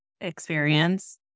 experience